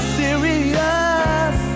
serious